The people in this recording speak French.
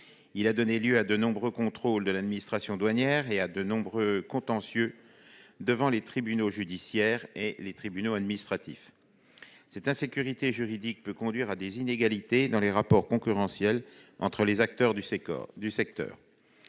Il a donné lieu à de nombreux contrôles de l'administration douanière et à de nombreux contentieux devant les tribunaux judiciaires et administratifs. Cette insécurité juridique peut conduire à des inégalités dans les rapports concurrentiels entre les acteurs du secteur,